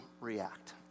react